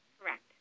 Correct